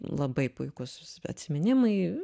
labai puikūs atsiminimai